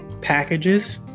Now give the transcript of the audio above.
packages